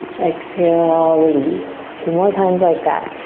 exhale, release, two more times like that.